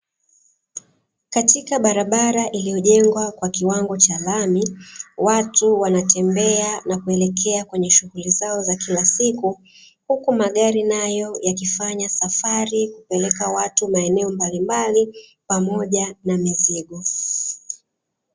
Katika barabara iliyojengwa kwa kiwango cha lami watu wanatembea na kuelekea kwenye shughuli zao za kila siku; huku magari nayo yakifanya safari kupeleka watu maeneo mbalimbali pamoja na mizigo.